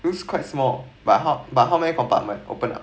looks quite small but how but how many compartment open up